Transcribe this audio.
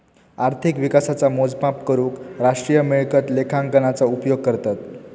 अर्थिक विकासाचा मोजमाप करूक राष्ट्रीय मिळकत लेखांकनाचा उपयोग करतत